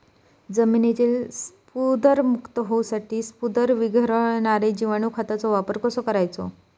जमिनीतील स्फुदरमुक्त होऊसाठीक स्फुदर वीरघळनारो जिवाणू खताचो वापर कसो करायचो?